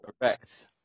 Correct